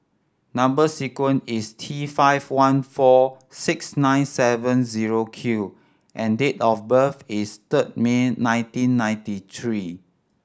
number sequence is T five one four six nine seven zero Q and date of birth is third May nineteen ninety three